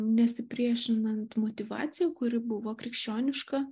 nesipriešinant motyvacija kuri buvo krikščioniška